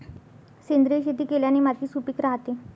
सेंद्रिय शेती केल्याने माती सुपीक राहते